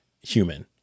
human